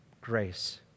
Grace